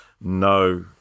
no